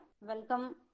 Welcome